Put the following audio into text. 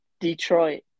detroit